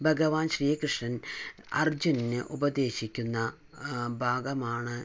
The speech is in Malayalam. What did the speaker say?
ഭഗവാൻ ശ്രീകൃഷ്ണൻ അർജുനന് ഉപദേശിക്കുന്ന ഭാഗമാണ്